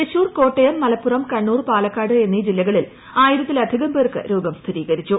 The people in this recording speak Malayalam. തൃശ്ശൂർ കോട്ടയം മലപ്പുറം കണ്ണൂർ പാലക്കാട് എന്നീ ജില്ലകളിൽ ആയിരത്തിലധികം പേർക്ക് രോഗം സ്ഥിരീകരിച്ചു